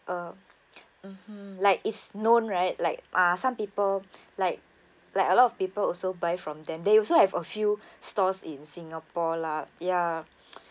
uh mmhmm like is known right like uh some people like like a lot of people also buy from them they also have a few stores in singapore lah ya